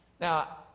Now